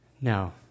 Now